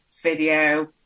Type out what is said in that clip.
video